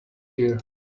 ear